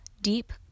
deep